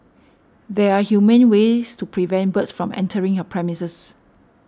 there are humane ways to prevent birds from entering your premises